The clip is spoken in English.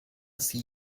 see